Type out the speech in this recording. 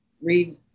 read